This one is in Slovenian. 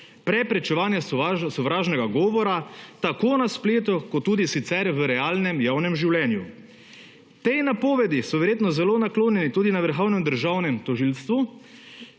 preprečevanja sovražnega govora tako na spletu kot tudi sicer v realnem, javnem življenju. Te napovedi so verjetno zelo naklonjeni tudi Vrhovnem državnem tožilstvu,